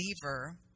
believer